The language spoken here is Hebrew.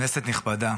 כנסת נכבדה,